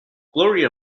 gloria